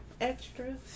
extras